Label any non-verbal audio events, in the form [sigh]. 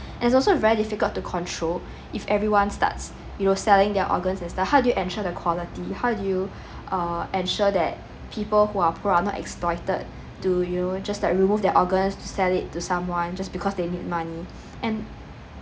and it's also very difficult to control if everyone starts you know selling their organs and stuff how do you ensure the quality how do you uh ensure that people who are who are not exploited to you know just like remove their organs to sell it to someone just because they need money [breath] and